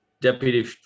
Deputy